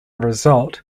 result